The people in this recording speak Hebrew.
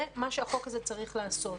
זה מה שהחוק הזה צריך לעשות.